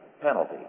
penalty